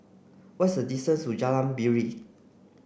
what's the distance to Jalan Piring